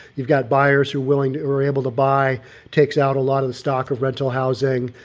you've got buyers who are willing to or able to buy takes out a lot of the stock of rental housing.